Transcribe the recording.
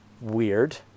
Weird